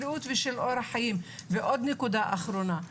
ועוד נקודה אחרונה,